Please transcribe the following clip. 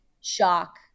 shock